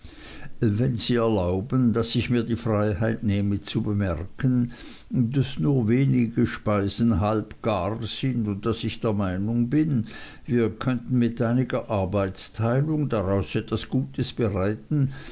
wenn sie erlauben daß ich mir die freiheit nehme zu bemerken daß nur wenige speisen halb gar sind und daß ich der meinung bin wir könnten mit einiger arbeitsteilung daraus etwas gutes bereiten